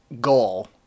goal